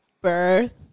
birth